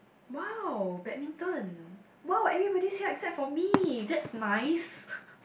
!wow! badminton !wow! everybody said except for me that's nice